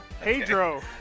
Pedro